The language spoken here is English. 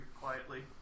quietly